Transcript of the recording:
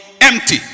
empty